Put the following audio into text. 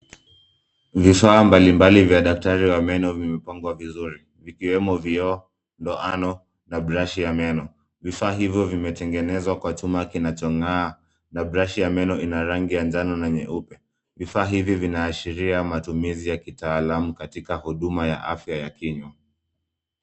Vifaa mbalimbali vya daktari wa meno vimepangwa vizuri, vikiwemo vioo, loano na brashi ya meno. Vifaa hivyo vimetengenezwa kwa chuma kinachongaa. Na brashi ya meno ina rangi ya njano na nyeupe. Vifaa hivi vinaashiria matumizi ya kitaalam katika huduma ya afya ya kinywa.